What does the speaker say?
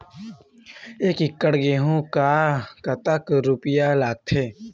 एक एकड़ गेहूं म कतक यूरिया लागथे?